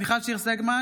אינו נוכח מיכל שיר סגמן,